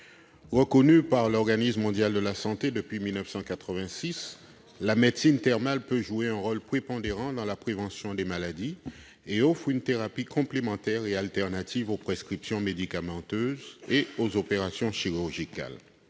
Reconnue par l'Organisation mondiale de la santé depuis 1986, la médecine thermale peut jouer un rôle prépondérant dans la prévention de maladies et offre une thérapie complémentaire et alternative aux prescriptions médicamenteuses ainsi qu'aux opérations chirurgicales.